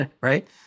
right